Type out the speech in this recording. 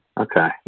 Okay